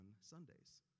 Sundays